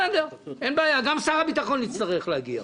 בסדר, אין בעיה, גם שר הביטחון יצטרך להגיע.